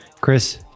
Chris